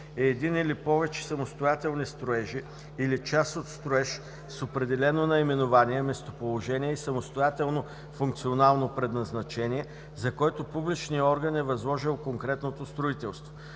е един или повече самостоятелни строежи или част от строеж с определено наименование, местоположение и самостоятелно функционално предназначение, за който публичният орган е възложил конкретното строителство.